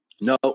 No